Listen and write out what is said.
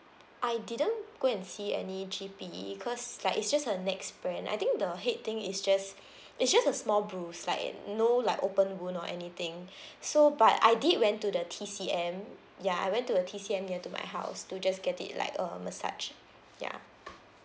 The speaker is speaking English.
I didn't go and see any G_P because like it's just a neck sprain I think the head thing is just it's just a small bruise like no like open bone or anything so but I did went to the T_C_M ya I went to a T_C_M near to my house to just get it like um massaged ya